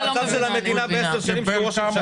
של המדינה בעשר השנים שהוא ראש ממשלה.